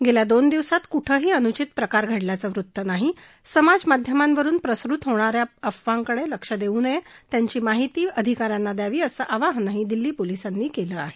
गेल्या दोन दिवसात कुठही अनुचित प्रकार घडल्याचं वृत्त नाही समाजमाध्यमांवरुन प्रसृत होणा या अफावांकडे लक्ष देऊ नये त्यांची माहिती अधिका यांना द्यावी असं आवाहनही दिल्ली पोलिसांनी केलं आहे